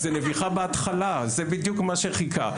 זה נביחה בהתחלה זה בדיוק מה שחיכה,